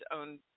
own